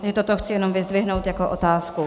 Takže toto chci jenom vyzdvihnout jako otázku.